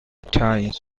times